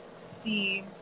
see